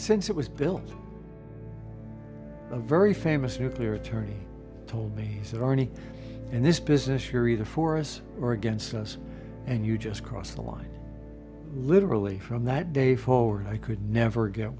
since it was built a very famous nuclear attorney told me so horny in this business you're either for us or against us and you just crossed the line literally from that day forward i could never get